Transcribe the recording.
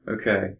okay